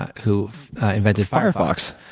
who invented firefox